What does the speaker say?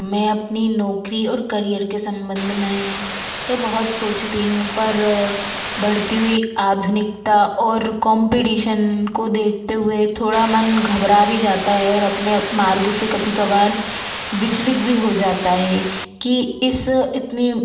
मैं अपनी नौकरी और करियर के सम्बन्ध में तो बहुत सोचती हूँ पर बढ़ती हुई आधुनिकता और कॉम्पिटीशन को देखते हुए थोड़ा मन घबरा भी जाता है और अपने मार्ग से कभी कभार विचलित वी हो जाता है कि इस इतनी